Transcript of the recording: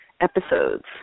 Episodes